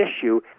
issue